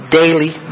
daily